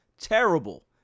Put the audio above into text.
Terrible